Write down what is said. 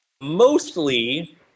mostly